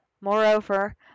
Moreover